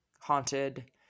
haunted